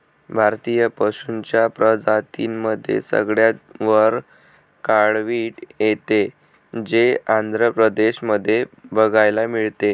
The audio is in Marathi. भारतीय पशूंच्या प्रजातींमध्ये सगळ्यात वर काळवीट येते, जे आंध्र प्रदेश मध्ये बघायला मिळते